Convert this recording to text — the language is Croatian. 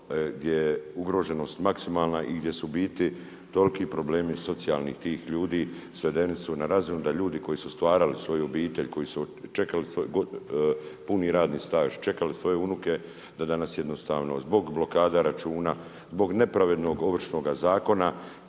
gdje je ugroženost maksimalna i gdje su u biti toliki problemi, socijalnih tih ljudi svedeni su na razinu da ljudi koji su stvarali svoju obitelj, koji su čekali svoj puni radni staž, čekali svoje unuke da danas jednostavno zbog blokada računa, zbog nepravednog Ovršnoga zakona